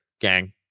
gang